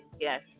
Yes